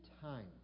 time